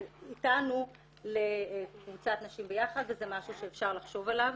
איתנו לקבוצת נשים ביחד וזה משהו שאפשר לחשוב עליו.